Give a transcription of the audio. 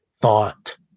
thought